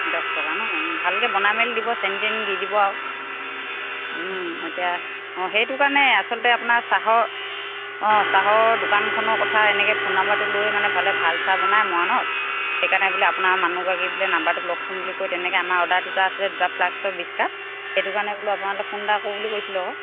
দছ টকা নহ্ ভালকৈ বনাই মেলি দিব চেনী তেনী দি দিব আৰু এতিয়া অঁ সেইটো কাৰণে আচলতে আপোনাৰ চাহৰ অঁ চাহৰ দোকানখনৰ কথা এনেকৈ ফোন নাম্বাৰটো লৈ মানে ভালে ভাল চাহ বনায় মৰাণত সেইকাৰণে বোলে আপোনাৰ মানুহগৰাকী বোলে নাম্বাৰটো লওকচোন বুলি কৈ তেনেকৈ আমাৰ অৰ্ডাৰ দুটা আছে দুটা ফ্লাক্সৰ বিছ কাপ সেইটো কাৰণে বোলো আপোনালৈ ফোন এটা কৰো বুলি কৰিছিলো আকৌ